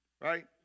right